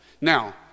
Now